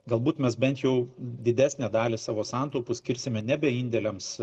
galbūt mes bent jau didesnę dalį savo santaupų skirsime nebe indėliams